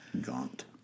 Gaunt